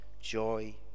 joy